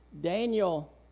Daniel